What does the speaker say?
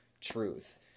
truth